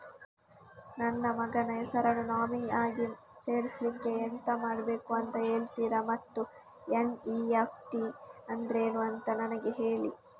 ನನ್ನ ಮಗನ ಹೆಸರನ್ನು ನಾಮಿನಿ ಆಗಿ ಸೇರಿಸ್ಲಿಕ್ಕೆ ಎಂತ ಮಾಡಬೇಕು ಅಂತ ಹೇಳ್ತೀರಾ ಮತ್ತು ಎನ್.ಇ.ಎಫ್.ಟಿ ಅಂದ್ರೇನು ಅಂತ ನನಗೆ ಹೇಳಿ